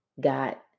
got